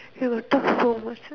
you got talk so much ah